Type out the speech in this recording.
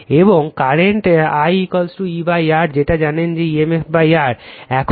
এবং current I E R যেটা জানেন যে emf R